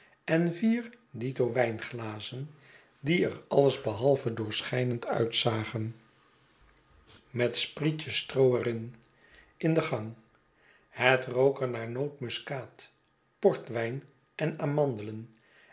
en vier dito wijnglazen die er alles behalve doorschijnend uitzagen met sprietjes stroo er in in den gang het rook er naar nootmuskaat portwijn en amandelen